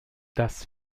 das